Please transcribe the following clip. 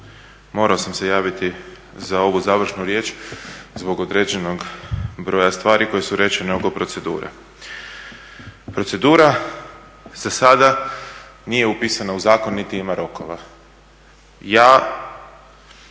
morao sam se javiti za ovu završnu riječ zbog određenog broja stvari koje su rečene oko procedure. Procedura zasada nije upisana u zakon niti ima rokova. Ja